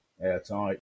airtight